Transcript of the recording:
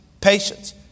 patience